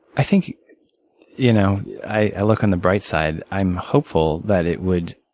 i think you know i look on the bright side. i'm hopeful that it would